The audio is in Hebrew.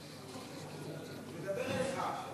הוא מדבר אליך.